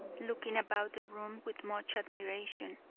looking about the room with much admiration.